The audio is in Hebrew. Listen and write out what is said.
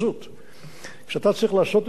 כשאתה צריך לעשות את זה אתה צריך להכניס